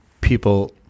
people